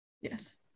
Yes